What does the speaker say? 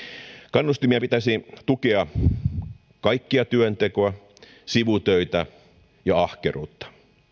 kannustimien pitäisi tukea kaikkea työntekoa sivutöitä ja ahkeruutta